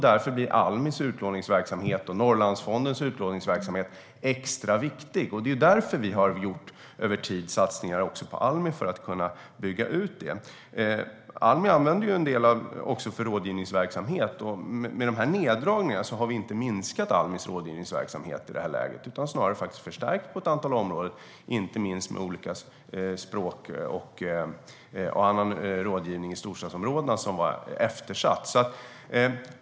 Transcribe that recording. Därför blir Almis utlåningsverksamhet och Norrlandsfondens utlåningsverksamhet extra viktiga. Det är därför som vi över tid har gjort satsningar också på Almi för att kunna bygga ut den verksamheten. Almi använder en del för rådgivningsverksamhet. I och med dessa neddragningar har vi inte minskat Almis rådgivningsverksamhet i detta läge utan snarare faktiskt förstärkt den på ett antal områden, inte minst rådgivning på olika språk och annan rådgivning i storstadsområdena som var eftersatt.